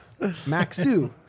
Maxu